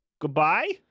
Goodbye